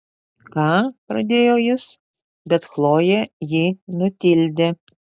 ką pradėjo jis bet chlojė jį nutildė